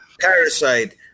Parasite